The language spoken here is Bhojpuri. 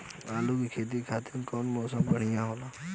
आलू के खेती खातिर कउन मौसम बढ़ियां होला?